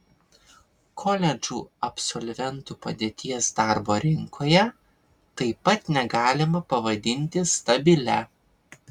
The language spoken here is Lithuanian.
koledžų absolventų padėties darbo rinkoje taip pat negalima pavadinti stabilia